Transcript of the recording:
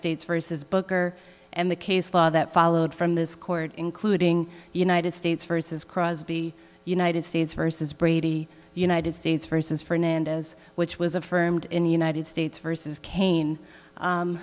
states versus booker and the case law that followed from this court including united states versus crosby united states versus brady united states versus fernandez which was affirmed in the united states versus ca